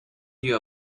you